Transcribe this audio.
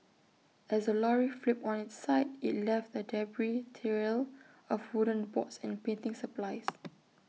as the lorry flipped on its side IT left A debris trail of wooden boards and painting supplies